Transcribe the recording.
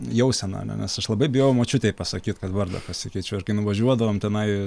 jausena nes aš labai bijojau močiutei pasakyt kad vardą pasikeičiau ir kai nuvažiuodavom tenai